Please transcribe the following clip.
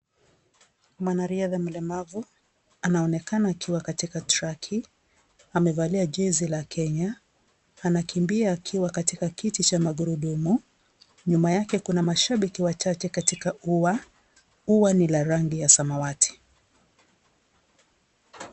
Mwanariadha mlemavu anaonekana akiwa katika traki, amevalia jezi la kenya, anakimbia akiwa katika kiti cha magurudumu. Nyuma yake kuna mashabiki wachache katika uwa. Uwa ni la rangi ya samawati.